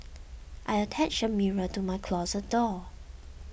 I attached a mirror to my closet door